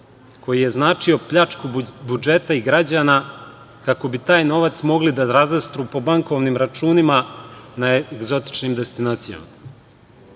koji je značio pljačku budžeta i građana kako bi taj novac mogli da razastru po bankovnim računima na egzotičnim destinacijama.